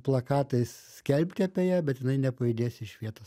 plakatais skelbti apie ją bet jinai nepajudės iš vietos